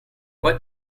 what